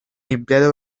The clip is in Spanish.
empleado